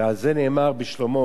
ועל זה אמר שלמה